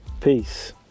peace